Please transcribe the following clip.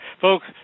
folks